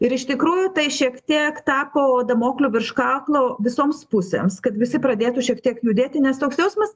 ir iš tikrųjų tai šiek tiek tapo damokliu virš kaklo visoms pusėms kad visi pradėtų šiek tiek judėti nes toks jausmas